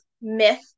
myth